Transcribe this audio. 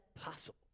possible